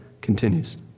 continues